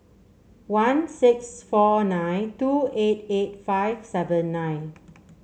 one six four nine two eight eight five seven nine